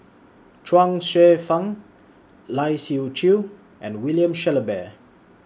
Chuang Hsueh Fang Lai Siu Chiu and William Shellabear